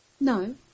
No